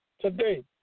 today